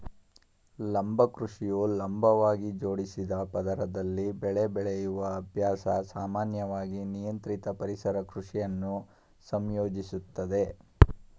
ಲಂಬ ಕೃಷಿಯು ಲಂಬವಾಗಿ ಜೋಡಿಸಿದ ಪದರದಲ್ಲಿ ಬೆಳೆ ಬೆಳೆಯುವ ಅಭ್ಯಾಸ ಸಾಮಾನ್ಯವಾಗಿ ನಿಯಂತ್ರಿತ ಪರಿಸರ ಕೃಷಿಯನ್ನು ಸಂಯೋಜಿಸುತ್ತದೆ